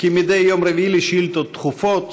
כמדי יום רביעי, לשאילתות דחופות.